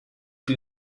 più